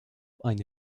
eine